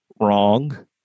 wrong